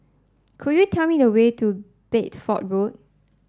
could you tell me the way to Bedford Road